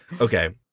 Okay